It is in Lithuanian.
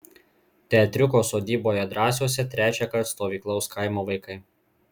teatriuko sodyboje drąsiuose trečiąkart stovyklaus kaimo vaikai